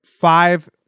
five